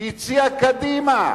הציעה קדימה.